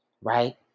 right